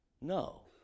No